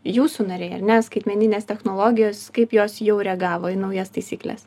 jūsų nariai ar ne skaitmeninės technologijos kaip jos jau reagavo į naujas taisykles